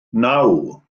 naw